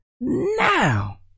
now